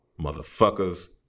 motherfuckers